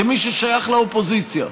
כמי ששייך לאופוזיציה.